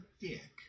dick